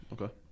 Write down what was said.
Okay